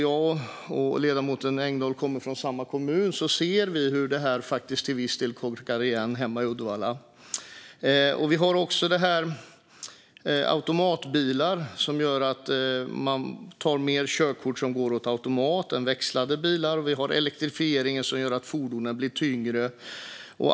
Jag och ledamoten Engdahl kommer från samma kommun, och vi ser hur det här faktiskt till viss del korkar igen trafiken hemma i Uddevalla. Vi har också det här med automatbilar och att fler tar körkort för automat än växlade bilar, och vi har elektrifieringen som gör att fordonen blir tyngre.